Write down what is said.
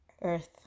earth